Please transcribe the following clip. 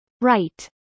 Right